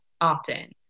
often